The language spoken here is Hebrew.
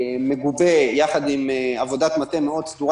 מגובה יחד עם עבודת מטה מאוד סדורה